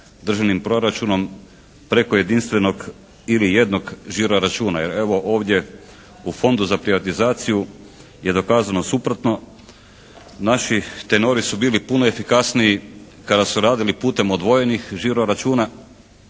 državnim proračunom preko jedinstvenog ili jednog žiro računa. Jer evo ovdje u Fondu za privatizaciju je dokazano suprotno. Naši tenori su bili puno efikasniji kada su radili putem odvojenih žiro računa,